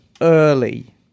early